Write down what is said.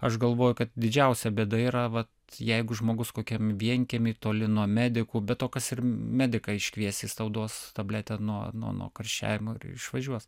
aš galvoju kad didžiausia bėda yra vat jeigu žmogus kokiam vienkiemy toli nuo medikų be to kas ir mediką iškviesi jis tau duos tabletę nuo nuo nuo karščiavimo ir išvažiuos